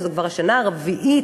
שזו כבר השנה הרביעית